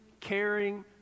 caring